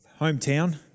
hometown